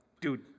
Dude